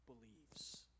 believes